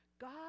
God